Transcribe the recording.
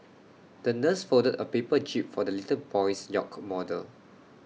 the nurse folded A paper jib for the little boy's yacht model